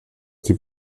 die